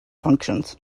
functions